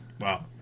Wow